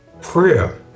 Prayer